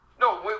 No